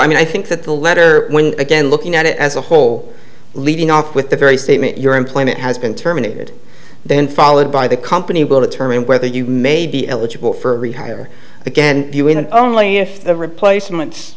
i mean i think that the letter when again looking at it as a whole leading off with the very statement your employment has been terminated then followed by the company will determine whether you may be eligible for rehire again only if the replacement